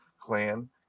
clan